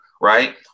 Right